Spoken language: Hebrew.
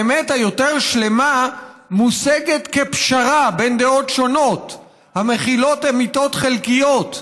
האמת השלמה יותר מושגת כפשרה בין דעות שונות המכילות אמיתות חלקיות,